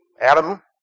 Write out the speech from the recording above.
Adam